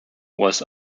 was